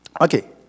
Okay